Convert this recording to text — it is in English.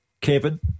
Kevin